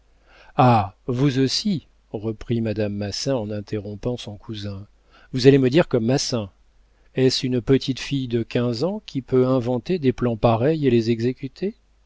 ah vous aussi reprit madame massin en interrompant son cousin vous allez me dire comme massin est-ce une petite fille de quinze ans qui peut inventer des plans pareils et les exécuter